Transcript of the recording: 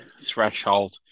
threshold